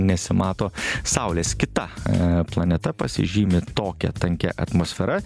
nesimato saulės kita planeta pasižymi tokia tankia atmosfera